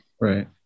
Right